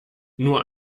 nur